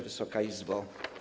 Wysoka Izbo!